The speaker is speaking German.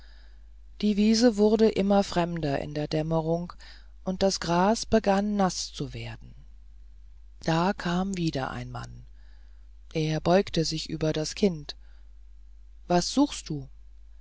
die wiese wurde immer fremder in der dämmerung und das gras begann naß zu werden da kam wieder ein mann er beugte sich über das kind was suchst du